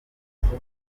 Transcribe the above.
bagore